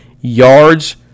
yards